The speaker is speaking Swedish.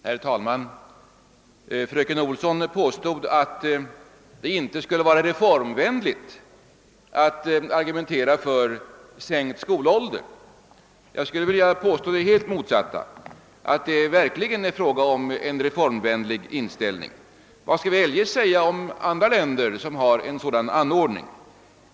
Herr talman! Fröken Olsson påstod att det inte skulle vara reformvänligt att argumentera för sänkt skolålder. Jag skulle vilja påstå motsatsen; det är verkligen att ge uttryck för en reformvänlig inställning. Vad skall vi eljest säga om andra länder som har lägre skolålder än vi?